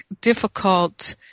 difficult